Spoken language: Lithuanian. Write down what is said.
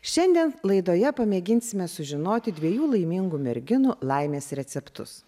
šiandien laidoje pamėginsime sužinoti dviejų laimingų merginų laimės receptus